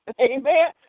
Amen